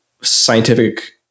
scientific